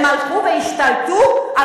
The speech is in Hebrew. הם הלכו והשתלטו על